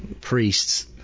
priests